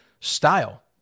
style